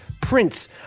Prince